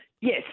Yes